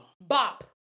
Bop